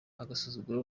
agasuzuguro